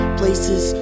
places